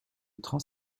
trente